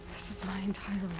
this was my entire